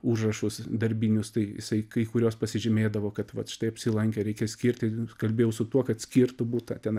užrašus darbinius tai jisai kai kuriuos pasižymėdavo kad vat štai apsilankė reikia skirti kalbėjau su tuo kad skirtų butą tena